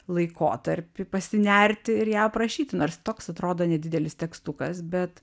laikotarpį pasinerti ir ją aprašyti nors toks atrodo nedidelis tekstukas bet